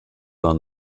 war